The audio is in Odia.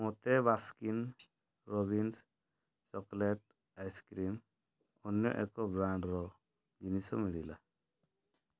ମୋତେ ବାସ୍କିନ୍ ରବିନ୍ସ ଚକୋଲେଟ୍ ଆଇସ୍କ୍ରିମ୍ର ଅନ୍ୟ ଏକ ବ୍ରାଣ୍ଡ୍ର ଏକ ଜିନିଷ ମିଳିଲା